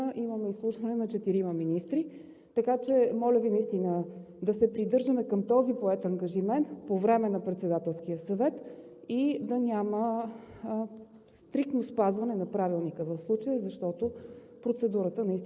разбира се, не трябва да се злоупотребява, във връзка с това, че наистина имаме изслушване на четирима министри. Така че моля Ви да се придържаме към този поет ангажимент по време на Председателския съвет и да няма